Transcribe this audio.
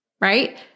right